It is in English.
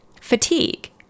fatigue